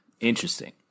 Interesting